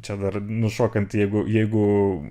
čia dar nušokant jeigu jeigu